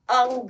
ang